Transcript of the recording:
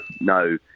no